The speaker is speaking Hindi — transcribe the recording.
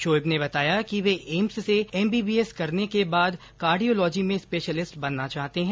शोएब ने बताया कि वे एम्स से एमबीबीएस करने के बाद कार्डियोलॉजी में स्पेशलिस्ट बनना चाहते हैं